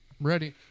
Ready